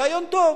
רעיון טוב.